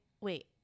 wait